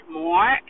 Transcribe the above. more